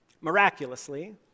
miraculously